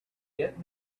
get